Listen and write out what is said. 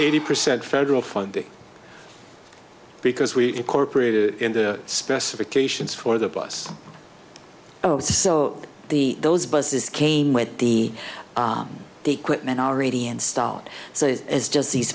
eighty percent federal funding because we incorporated in the specifications for the bus oh so the those buses came with the equipment already installed so it is just these